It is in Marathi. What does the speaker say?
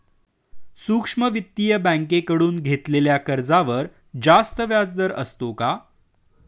सूक्ष्म वित्तीय बँकेकडून घेतलेल्या कर्जावर जास्त व्याजदर असतो का?